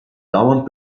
dauernd